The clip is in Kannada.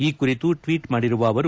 ಈ ಕುರಿತು ಟ್ವೀಟ್ ಮಾಡಿರುವ ಅವರು